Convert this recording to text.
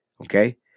okay